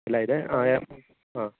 ಎಲ್ಲಾ ಇದೆ ಯಾ ಹಾಂ